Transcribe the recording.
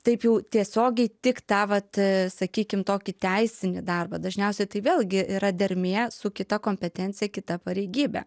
taip jau tiesiogiai tik tą vat sakykim tokį teisinį darbą dažniausiai tai vėlgi yra dermė su kita kompetencija kita pareigybe